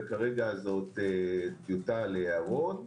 וכרגע זה טיוטה להערות,